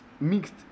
mixed